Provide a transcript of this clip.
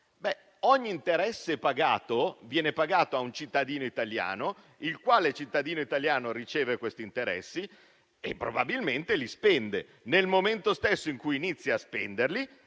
l'interesse viene pagato al cittadino italiano, il quale riceve questi interessi e probabilmente li spende. Nel momento stesso in cui inizia a spenderli,